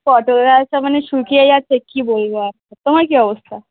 পটল গাছ সব মানে শুকিয়ে গেছে কী বলবো আচ্ছা তোমার কী অবস্থা